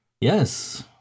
Yes